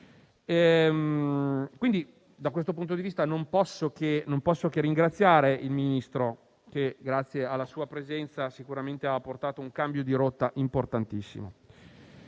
Da questo punto di vista, quindi, non posso che ringraziare il Ministro che, grazie alla sua presenza, sicuramente ha portato un cambio di rotta importantissimo.